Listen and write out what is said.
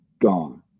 gone